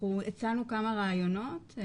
אנחנו הצענו כמה רעיונות,